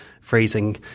freezing